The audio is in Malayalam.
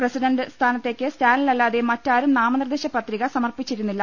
പ്രസിഡന്റ് സ്ഥാന ത്തേക്ക് സ്റ്റാലിനല്ലാതെ മറ്റാരും നാമനിർദ്ദേശ പത്രിക സമർപ്പിച്ചിരുന്നില്ല